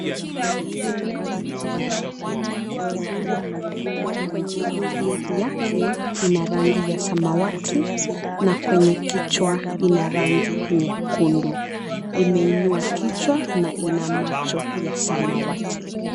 Katika hii picha, kuna kinyonga. Kwenye mwili yake ina rangi ya samawati na kwenye kichwa ina rangi nyekundu. Imeinua kichwa na ina macho ya samawati.